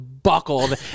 buckled